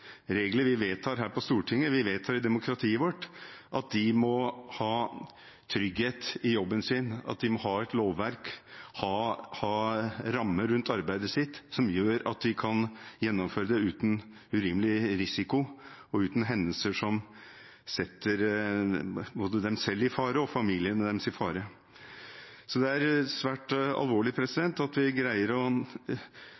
regler vi vedtar her på Stortinget, som vi vedtar i demokratiet vårt – må ha trygghet i jobben sin. De må ha et lovverk, ha rammer rundt arbeidet sitt som gjør at de kan gjennomføre det uten urimelig risiko og uten hendelser som setter både dem selv og familien deres i fare. Så det er svært alvorlig,